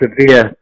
severe